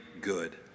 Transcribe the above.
good